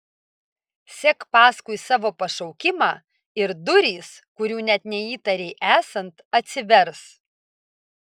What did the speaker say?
sek paskui savo pašaukimą ir durys kurių net neįtarei esant atsivers